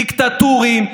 דיקטטורים,